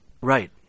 right